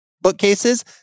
bookcases